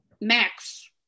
Max